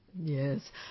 Yes